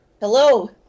Hello